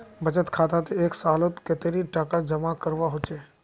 बचत खातात एक सालोत कतेरी टका जमा करवा होचए?